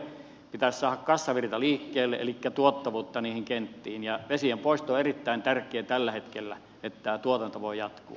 pitäisi saada kassavirta liikkeelle elikkä tuottavuutta niihin kenttiin ja vesien poisto on erittäin tärkeää tällä hetkellä jotta tämä tuotanto voi jatkua